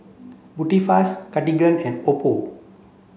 Tubifast Cartigain and Oppo